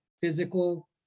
physical